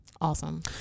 awesome